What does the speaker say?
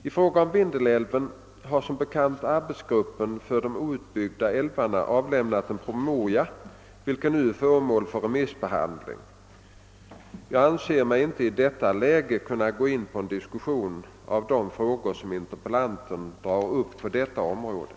I frågan om Vindelälven har som bekant arbetsgruppen för de outbyggda älvarna avlämnat en promemoria, vilken nu är föremål för remissbehandling. Jag anser mig inte i detta läge kunna gå in i en diskussion av de frågor som interpellanten drar upp på det området.